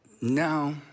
no